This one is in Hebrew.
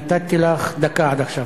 נתתי לך דקה עד עכשיו.